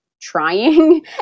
trying